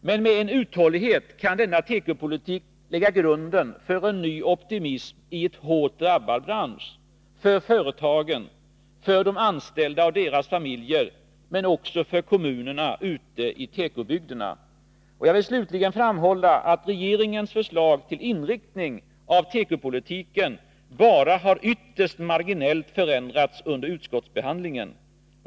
Men med uthållighet kan denna tekopolitik lägga grunden för en ny optimism i en hårt drabbad bransch för företagen, för de anställda och deras familjer men också för kommunerna ute i tekobygderna. Jag vill slutligen framhålla att regeringens förslag till inriktning av tekopolitiken bara har förändrats ytterst marginellt under utskottsbehandlingen.